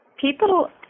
people